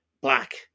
black